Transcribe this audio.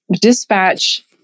dispatch